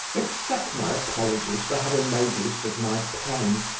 accept my apologies for having made use of my pen,